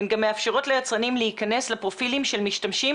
הן גם מאפשרות ליצרנים להיכנס לפרופילים של משתמשים